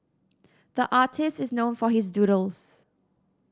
the artist is known for his doodles